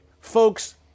Folks